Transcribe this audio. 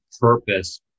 purpose